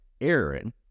Aaron